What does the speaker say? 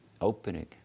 opening